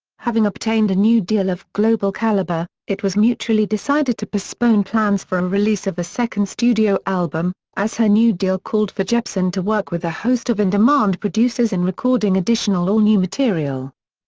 having obtained a new deal of global calibre, it was mutually decided to postpone plans for a um release of a second studio album, as her new deal called for jepsen to work with a host of in demand producers in recording additional all new material.